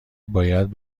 باید